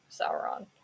Sauron